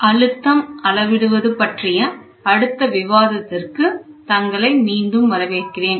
அழுத்தம் அளவிடுவது பற்றிய அடுத்த விவாதத்திற்கு தங்களை மீண்டும் வரவேற்கிறேன்